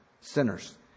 sinners